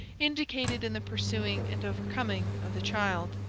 indicated in the pursuing and overcoming of the child.